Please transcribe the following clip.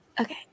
Okay